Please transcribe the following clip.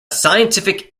scientific